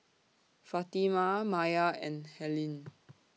Fatima Maiya and Helyn